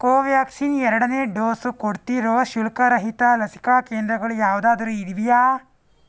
ಕೋವ್ಯಾಕ್ಸಿನ್ ಎರಡನೇ ಡೋಸು ಕೊಡ್ತಿರೋ ಶುಲ್ಕರಹಿತ ಲಸಿಕಾ ಕೇಂದ್ರಗಳು ಯಾವುದಾದ್ರು ಇವ್ಯಾ